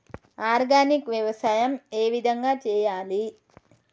Organic వ్యవసాయం ఏ విధంగా చేయాలి?